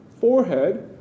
forehead